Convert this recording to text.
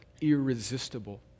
irresistible